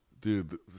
Dude